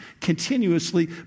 continuously